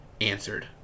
answered